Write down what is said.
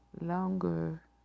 longer